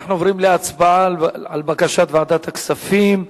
אנחנו עוברים להצבעה על בקשת ועדת הכספים,